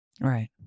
Right